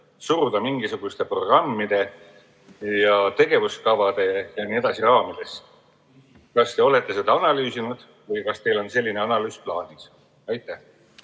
suruda mingisuguste programmide ja tegevuskavade jne raamidesse? Kas te olete seda analüüsinud või kas teil on selline analüüs plaanis? Aitäh!